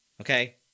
Okay